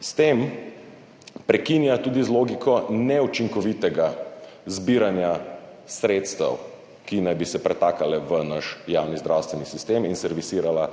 S tem prekinja tudi z logiko neučinkovitega zbiranja sredstev, ki naj bi se pretakala v naš javni zdravstveni sistem in servisirala